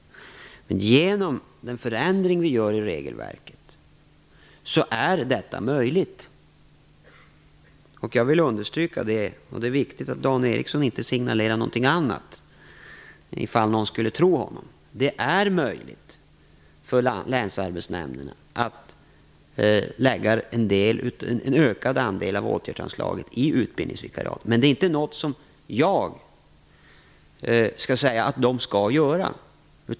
Men genom den förändring vi gör i regelverket är detta möjligt. Jag vill understryka det, och det är viktigt att Dan Ericsson inte signalerar någonting annat, ifall någon skulle tro honom. Det är möjligt för länsarbetsnämnderna att lägga en ökad andel av åtgärdsanslaget i utbildningsvikariat. Men det är inte något som jag skall säga att de skall göra.